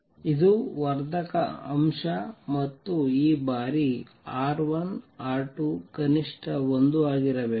ಇದು ವರ್ಧಕ ಅಂಶ ಮತ್ತು ಈ ಬಾರಿ R1 R2 ಕನಿಷ್ಠ 1 ಆಗಿರಬೇಕು